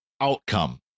outcome